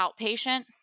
outpatient